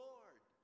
Lord